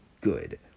good